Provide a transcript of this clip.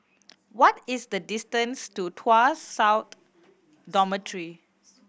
what is the distance to Tuas South Dormitory